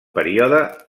període